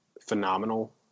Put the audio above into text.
phenomenal